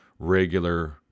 Regular